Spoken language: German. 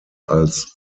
als